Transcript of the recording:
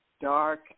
dark